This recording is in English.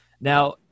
Now